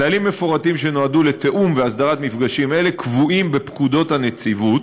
כללים מפורטים שנועדו לתיאום והסדרת מפגשים אלה קבועים בפקודות הנציבות.